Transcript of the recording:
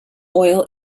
oil